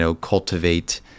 cultivate